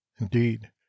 Indeed